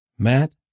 Matt